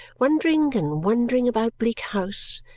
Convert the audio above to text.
wondering and wondering about bleak house,